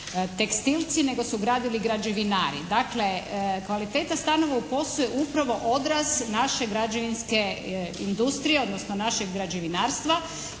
tekstilci nego su gradili građevinari. Dakle, kvaliteta stanova u POS-u je upravo odraz naše građevinske industrije, odnosno našeg građevinarstva.